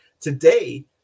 Today